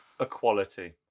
Equality